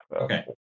Okay